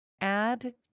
Add